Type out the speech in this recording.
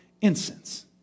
incense